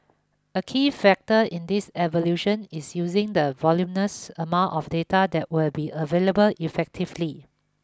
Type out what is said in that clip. a key factor in this evolution is using the voluminous amount of data that will be available effectively